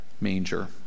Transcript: manger